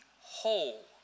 whole